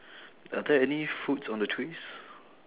are there any fruits on the trees